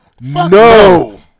No